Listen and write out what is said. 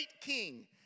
king